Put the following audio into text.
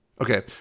Okay